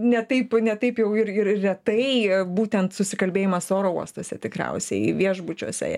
ne taip ne taip jau ir ir retai būtent susikalbėjimas oro uostuose tikriausiai viešbučiuose